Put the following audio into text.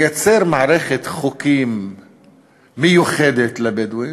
לייצר מערכת חוקים מיוחדת לבדואים,